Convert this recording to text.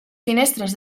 finestres